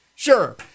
Sure